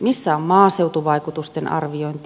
missä on maaseutuvaikutusten arviointi